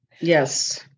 Yes